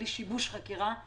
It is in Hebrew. בלי שיבוש חקירה,